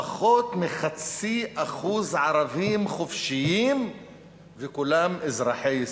פחות מ-0.5% ערבים חופשיים, וכולם אזרחי ישראל.